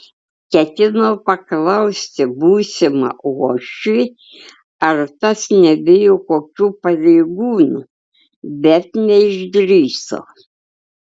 ketino paklausti būsimą uošvį ar tas nebijo kokių pareigūnų bet neišdrįso